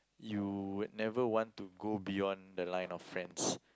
you would never want to go beyond the line of offence